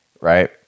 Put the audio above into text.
right